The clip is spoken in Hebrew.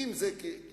ואם זה דתיים,